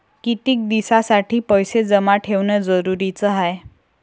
कितीक दिसासाठी पैसे जमा ठेवणं जरुरीच हाय?